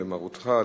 למרותך,